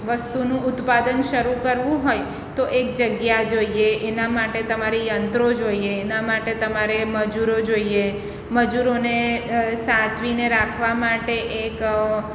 વસ્તુનું ઉત્પાદન શરૂ કરવું હોય તો એક જગ્યા જોઈએ એનાં માટે તમારે યંત્રો જોઈએ એનાં માટે તમારે મજૂરો જોઈએ મજૂરોને સાચવીને રાખવા માટે એક